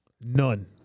None